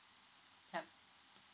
yup